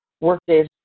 Workday's